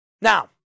Now